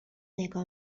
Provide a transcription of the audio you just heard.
نگاه